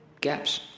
gaps